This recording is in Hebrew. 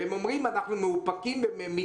הם אומרים: "אנחנו מתאפקים,